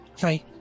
Hi